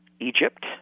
Egypt